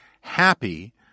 happy